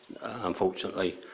unfortunately